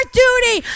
duty